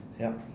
yup